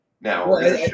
now